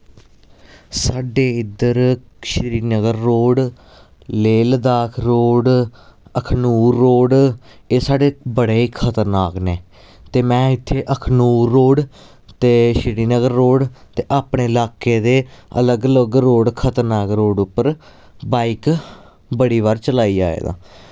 साड्डे इद्धर Srinagar road Leh Ladakh road Akhnoor road एह् साढ़े बड़े ही खतरनाक न ते मैं इत्थे अखनूर रोड ते श्रीनगर रोड ते अपने इलाके दे अलग अलग रोड खतरनाक रोड उप्पर बाइक बड़ी बार चलाई आए दा